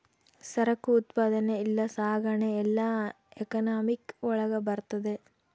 ಸರಕು ಉತ್ಪಾದನೆ ಇಲ್ಲ ಸಾಗಣೆ ಎಲ್ಲ ಎಕನಾಮಿಕ್ ಒಳಗ ಬರ್ತದೆ